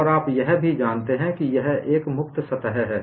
और आप यह भी जानते हैं कि यह सतह मुक्त सतह है